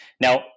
now